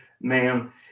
ma'am